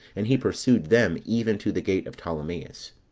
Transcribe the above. and he pursued them even to the gate of ptolemais.